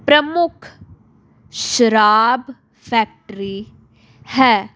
ਪ੍ਰਮੁੱਖ ਸ਼ਰਾਬ ਫੈਕਟਰੀ ਹੈ